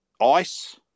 Ice